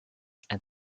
and